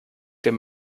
dem